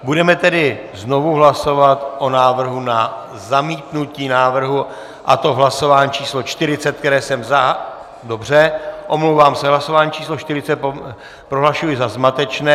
Budeme tedy znovu hlasovat o návrhu na zamítnutí návrhu, a to v hlasování číslo 40, které jsem zahájil, a... Dobře, omlouvám se, hlasování číslo 40 prohlašuji za zmatečné.